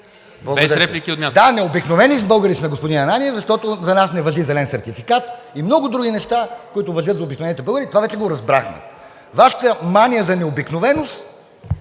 Без реплики от място! ЛЮБЕН ДИЛОВ: Да, необикновени българи сме, господин Ананиев, защото за нас не важи зелен сертификат и много други неща, които важат за обикновените българи, това вече го разбрахме. Вашата мания за необикновеност